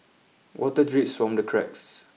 water drips from the cracks